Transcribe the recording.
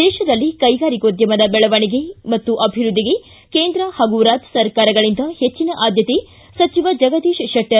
ದೇಶದಲ್ಲಿ ಕೈಗಾರಿಕೋದ್ಯಮದ ಬೆಳವಣಿಗೆ ಮತ್ತು ಅಭಿವೃದ್ಧಿಗೆ ಕೇಂದ್ರ ಹಾಗೂ ರಾಜ್ಯ ಸರ್ಕಾರಗಳಿಂದ ಹೆಚ್ಚಿನ ಆದ್ಭತೆ ಸಚಿವ ಜಗದೀಶ್ ಶೆಟ್ಟರ್